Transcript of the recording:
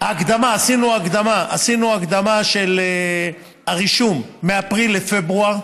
הקדמה, עשינו הקדמה של הרישום, מאפריל לפברואר.